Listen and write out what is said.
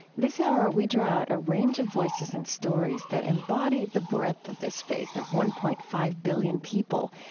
this hour, we draw out a range of voices and stories that embody the breadth of this faith of one point five billion people,